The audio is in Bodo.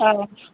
औ